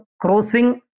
crossing